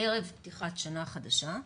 אנחנו ערב פתיחת שנה חדשה,